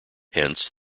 hence